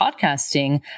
podcasting